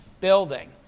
building